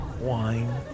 wine